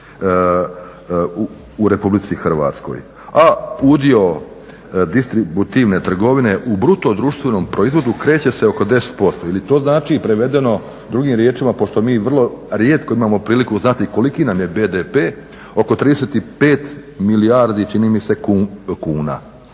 u Republici Hrvatskoj. A udio distributivne trgovine u brutodruštvenom proizvodu kreće se oko 10%. Ili to znači prevedeno drugim riječima, pošto mi vrlo rijetko imamo priliku znati koliki nam je BDP oko 35 milijardi čini mi se kuna.